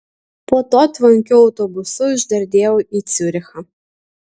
po to tvankiu autobusu išdardėjau į ciurichą